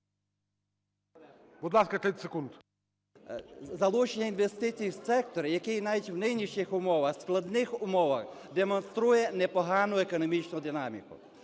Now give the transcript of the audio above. …залучення інвестицій в секторі, який навіть в нинішніх умовах, в складних умовах демонструє непогану економічну динаміку.